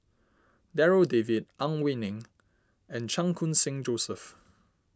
Darryl David Ang Wei Neng and Chan Khun Sing Joseph